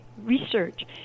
research